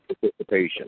participation